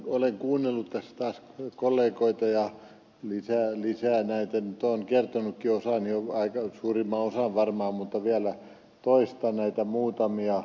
olen kuunnellut tässä taas kollegoita ja nyt olen kertonut jo suurimman osan varmaan mutta vielä toistan näitä muutamia